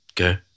Okay